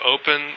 open